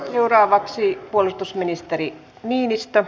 seuraavaksi puolustusministeri niinistö